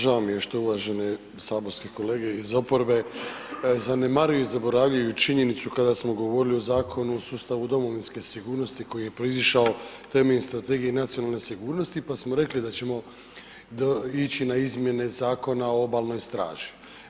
Žao mi je što uvažene saborske kolege iz oporbe zanemaruju i zaboravljaju činjenicu kada smo govorili o Zakonu o sustavu domovinske sigurnosti koji je proizašao temeljem strategije i nacionalne sigurnosti, pa smo rekli da ćemo ići na izmjene Zakona o obalnoj straži.